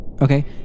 Okay